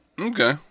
Okay